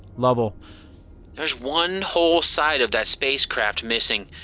lovell there's one whole side of that spacecraft missing.